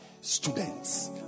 students